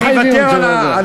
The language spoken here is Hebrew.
יושב-ראש ועדת החינוך,